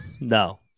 No